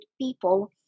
people